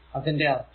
അതിന്റെ അർഥം